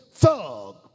thug